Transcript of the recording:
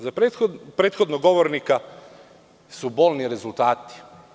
Za prethodnog govornika su bolni rezultati.